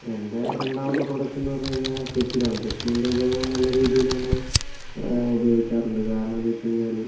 എൻ്റെ രണ്ടാമത്തെ പ്രൊഡക്റ്റെന്ന് പറഞ്ഞ് കഴിഞ്ഞാൽ കെറ്റിലാണ് കെറ്റിലിൻ്റെ ഉപയോഗം നല്ല രീതിയില് നമ്മള് ഉപയോഗിക്കാറുണ്ട് കാരണം എന്ന് വെച്ച് കഴിഞ്ഞാല്